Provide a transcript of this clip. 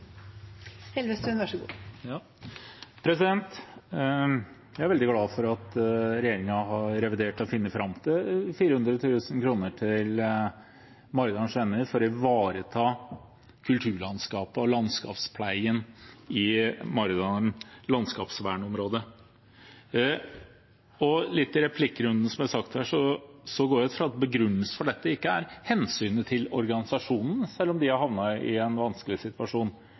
veldig glad for at regjeringen har revidert og funnet fram 400 000 kr til Maridalens Venner for å ivareta kulturlandskapet og landskapspleien i Maridalen landskapsvernområde. Som det ble sagt i replikkrunden, går jeg ut fra at begrunnelsen for dette ikke er hensynet til organisasjonen, selv om de har havnet i en vanskelig situasjon.